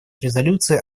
резолюции